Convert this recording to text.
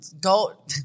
go